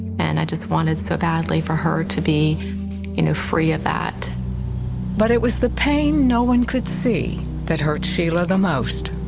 and i just wanted so badly for her to be you know free of that. reporter but it was the pain no one could see that hurt sheila the most.